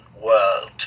world